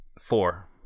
Four